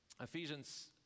Ephesians